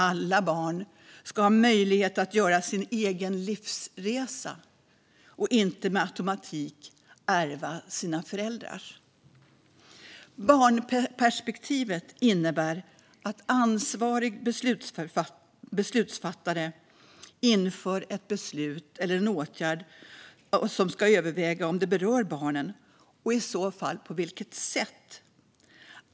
Alla barn ska ha möjlighet att göra sin egen livsresa och inte med automatik ärva sina föräldrars. Barnperspektivet innebär att ansvarig beslutsfattare inför ett beslut eller en åtgärd ska överväga om barn berörs och i så fall på vilket sätt.